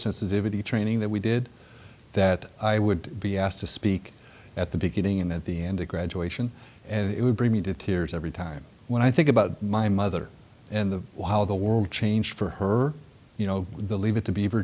sensitivity training that we did that i would be asked to speak at the beginning and at the end of graduation and it would bring me to tears every time when i think about my mother in the wow the world changed for her you know the leave it to beaver